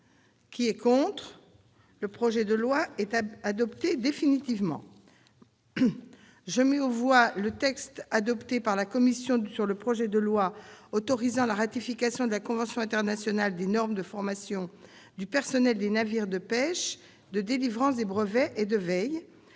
armées est favorable à l'adoption de ce texte. Je mets aux voix le texte adopté par la commission sur le projet de loi autorisant la ratification de la convention internationale sur les normes de formation du personnel des navires de pêche, de délivrance des brevets et de veille